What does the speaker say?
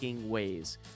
Ways